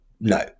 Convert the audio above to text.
No